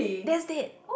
that's dead